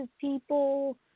people